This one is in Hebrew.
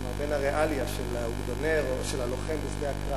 כלומר בין הריאליה של הלוחם בשדה הקרב